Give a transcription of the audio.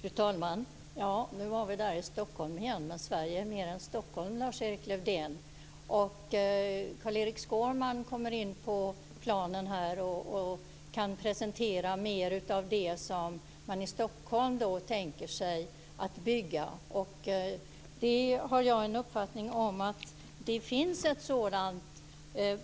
Fru talman! Nu är vi tillbaka vid Stockholm igen, men Sverige är mer än Stockholm, Lars-Erik Lövdén. Carl-Erik Skårman, som ska tala senare, kan presentera mer av det som man tänker bygga i Stockholm. Jag har den uppfattningen att det finns ett